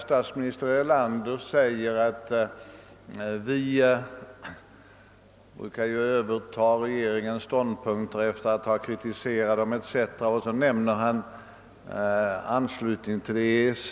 Statsminister Erlander säger, att folkpartiet brukar överta regeringens ståndpunkter sedan man kritiserat dem. Han nämner som exempel frågan om anslutningen till EEC.